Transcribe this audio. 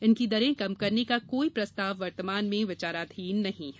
इनकी दरें कम करने का कोई प्रस्ताव वर्तमान में विचाराधीन नहीं है